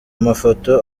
mafoto